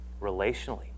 relationally